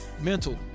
mental